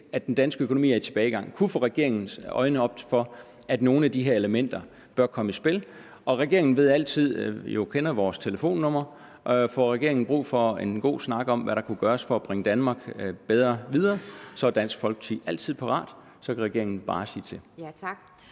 at den danske økonomi er i tilbagegang, kunne få regeringens øjne op for, at nogle af de her elementer bør komme i spil. Regeringen kender jo altid vores telefonnummer, og får regeringen brug for en god snak om, hvad der kan gøres for at bringe Danmark bedre videre, er Dansk Folkeparti altid parat. Regeringen kan bare sige til. Kl.